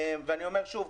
ואני אומר שוב,